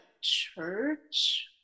church